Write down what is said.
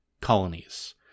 Colonies